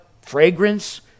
fragrance